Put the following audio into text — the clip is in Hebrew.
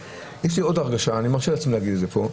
ואני מרשה לעצמי להגיד את זה פה,